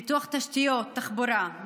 פיתוח תשתיות תחבורה,